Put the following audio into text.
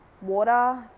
water